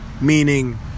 Meaning